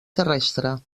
terrestre